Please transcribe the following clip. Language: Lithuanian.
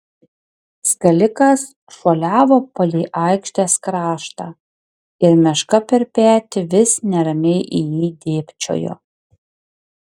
skalikas šuoliavo palei aikštės kraštą ir meška per petį vis neramiai į jį dėbčiojo